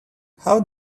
how